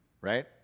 Right